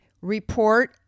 report